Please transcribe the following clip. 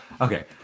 Okay